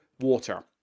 water